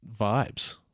vibes